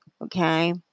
Okay